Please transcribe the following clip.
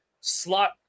slot